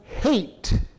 hate